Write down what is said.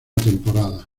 temporada